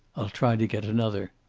i'll try to get another.